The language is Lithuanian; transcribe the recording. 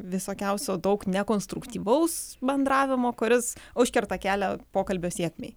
visokiausių daug nekonstruktyvaus bendravimo kuris užkerta kelią pokalbio sėkmei